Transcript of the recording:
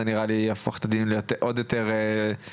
זה יהפוך את הדיון לעוד יותר רלוונטי.